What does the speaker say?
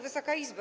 Wysoka Izbo!